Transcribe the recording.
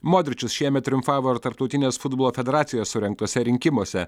modričius šiemet triumfavo tarptautinės futbolo federacijos surengtuose rinkimuose